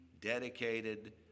dedicated